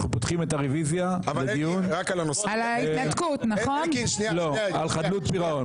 פותחים את הרוויזיה לדיון על חוק חדלות פירעון.